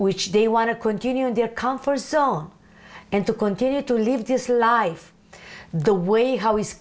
which they want to continue in their comfort zone and to continue to live this life the way how is